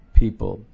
people